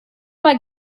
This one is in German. mal